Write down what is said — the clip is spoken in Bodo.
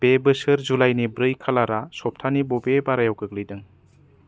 बे बोसोर जुलाइनि ब्रै खालारा सप्तानि बबे बारायाव गोग्लैदों